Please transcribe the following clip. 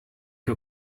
che